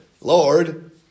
Lord